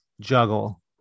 juggle